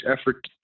effort